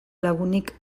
lagunik